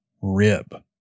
rib